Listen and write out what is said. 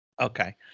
Okay